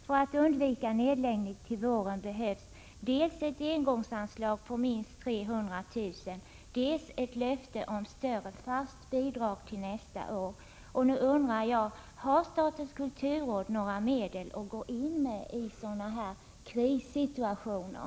För att undvika nedläggning till våren behövs dels ett engångsanslag på minst 300 000 kr., dels ett löfte om större fast bidrag till nästa år.